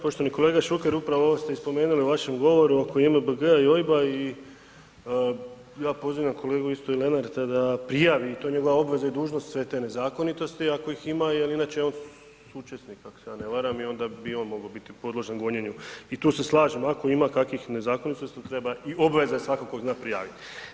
Poštovani kolega Šuker, upravo ovo ste i spomenuli u vašem govoru oko JMBG-a i OIB-a i ja pozivam kolegu isto i Lenarta da prijavi i to je njegova obveza i dužnosti, sve te nezakonitosti ako ih ima jel inače je on suučesnik, ak se ja ne varam i onda bi i on mogao biti podložen gonjenju i tu se slažem ako ima kakvih nezakonitosti treba i obveza je svakog tko zna, prijavit.